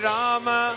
Rama